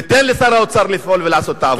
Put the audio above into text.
ותן לשר האוצר לפעול ולעשות את העבודה.